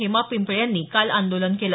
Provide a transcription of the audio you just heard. हेमा पिंपळे यांनी काल आंदोलन केलं